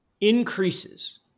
increases